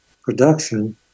production